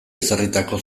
ezarritako